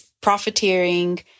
profiteering